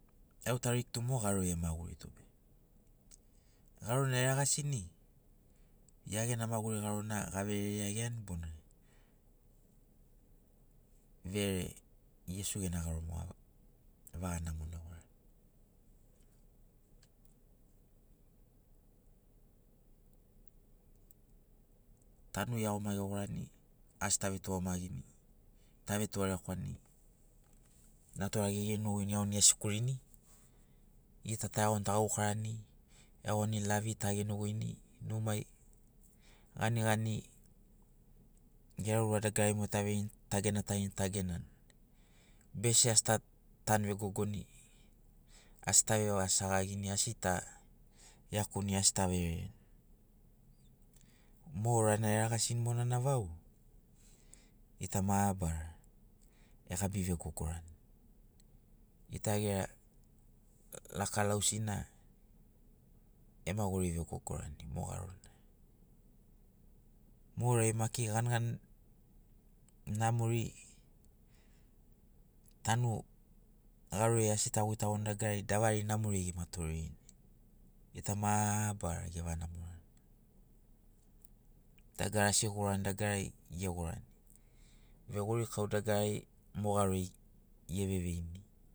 Au tarigu tu mo ḡaro ai emaḡurito be ḡarona eraḡasini ḡia ḡena maḡuri ḡarona averere iaḡiani bona vere iesu ḡena ḡaro moḡa evaḡa namonamo rani tanu iaḡoma eḡorani asi tave tuḡamaḡini tave tuḡarekwani natura eḡenoḡoini eaḡoni ea sikurini ḡita taeaḡoni taḡaukarani eaḡoni lavi taḡenoḡoini numai ḡaniḡani ḡera ura dagarari mo taveini taḡena tarini taḡenani bese asi ta tanu vegogoni asi ta vevasaḡaḡini asi ta iakuni asi taverereni mo orana eraḡasini vau ḡita mabarara eḡabi vegogorani ḡita ḡera lakalausina ema ḡori vegogorani mo ḡaronai mo orai maki ḡaniḡani namori tanu ḡaroriai asi taḡoitaḡorini davari namoriai ema toreni ita mabarara evaḡa namorani dagara asi eḡorani dagarari eḡorani veḡorikau dagarari mo ḡaro ai eveveini